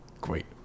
Great